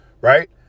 right